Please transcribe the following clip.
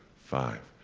five,